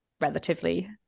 relatively